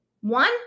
One